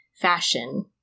fashion